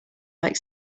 like